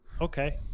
okay